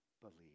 believe